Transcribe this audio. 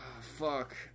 Fuck